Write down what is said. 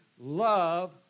love